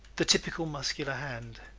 the typical muscular hand